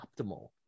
optimal